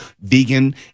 vegan